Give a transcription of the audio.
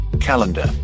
Calendar